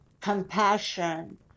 compassion